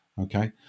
Okay